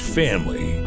family